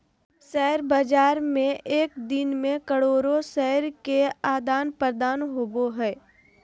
share बाज़ार में एक दिन मे करोड़ो शेयर के आदान प्रदान होबो हइ